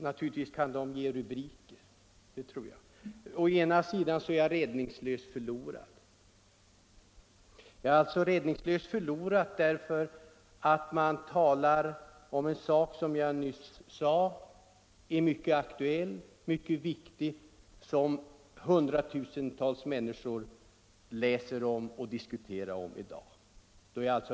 Naturligtvis kan de ge rubriker — det tror jag. Han sade att jag är räddningslöst förlorad, vad han nu kan mena med det. Jag talar om en sak vilken — som jag nyss sade — är aktuell och viktig och som hundratusentals människor läser om och diskuterar i dag.